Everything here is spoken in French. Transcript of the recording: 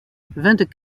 vingt